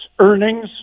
earnings